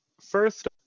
first